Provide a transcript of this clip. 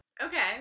Okay